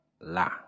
la